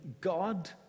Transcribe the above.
God